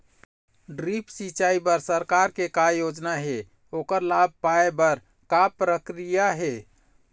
Drip सिचाई बर सरकार के का योजना हे ओकर लाभ पाय बर का प्रक्रिया हे?